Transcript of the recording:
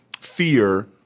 fear